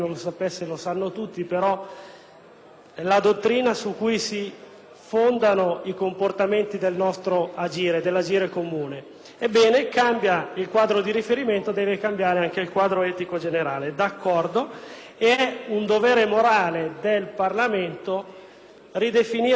la dottrina su cui si fondano i comportamenti del nostro agire, dell'agire comune. Ebbene, cambia il quadro di riferimento, deve cambiare anche il quadro etico generale. D'accordo, è un dovere morale del Parlamento ridefinire questi standard,